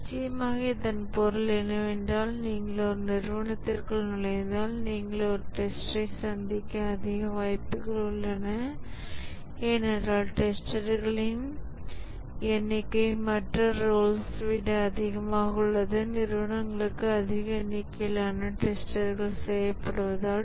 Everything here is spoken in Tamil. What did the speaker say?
நிச்சயமாக இதன் பொருள் என்னவென்றால் நீங்கள் ஒரு நிறுவனத்திற்குள் நுழைந்தால் நீங்கள் ஒரு டெஸ்ட்ரை சந்திக்க அதிக வாய்ப்புகள் உள்ளன ஏனென்றால் டெஸ்டர்களின் எண்ணிக்கை மற்ற ரோல்ஸ் விட அதிகமாக உள்ளது நிறுவனங்களுக்கு அதிக எண்ணிக்கையிலான டெஸ்டர் தேவைப்படுவதால்